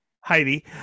heidi